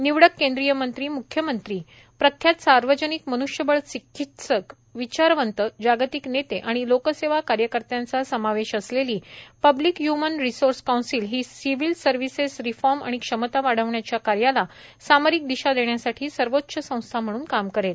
निवडक केंद्रीय मंत्री म्ख्यमंत्री प्रख्यात सार्वजनिक मन्ष्यबळ चिकित्सक विचारवंत जागतिक नेते आणि लोकसेवा कार्यकर्त्यांचा समावेश असलेली पब्लिक हय्मन रिसोर्स कौन्सिल ही सिव्हिल सर्व्हिसेस रिफॉर्म आणि क्षमता वाढवण्याच्या कार्याला सामरिक दिशा देण्यासाठी सर्वोच्च संस्था म्हणून काम करेल